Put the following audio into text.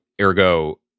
Ergo